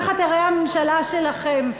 ככה תיראה הממשלה שלכם.